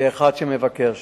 כאחד שמבקר שם,